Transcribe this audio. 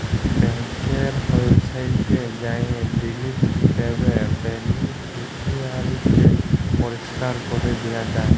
ব্যাংকের ওয়েবসাইটে যাঁয়ে ডিলিট ট্যাবে বেলিফিসিয়ারিকে পরিষ্কার ক্যরে দিয়া যায়